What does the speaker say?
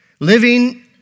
Living